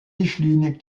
micheline